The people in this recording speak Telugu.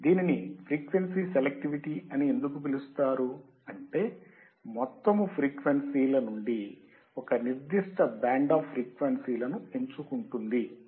దీనిని ఫ్రీక్వెన్సీ సెలెక్టివిటీ అని ఎందుకు పిలుస్తారు అంటే మొత్తము ఫ్రీక్వెన్సీల నుండి ఒక నిర్దిష్ట బ్యాండ్ అఫ్ ఫ్రీక్వెన్సీలను ఎంచుకుంటుది కాబట్టి